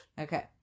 Okay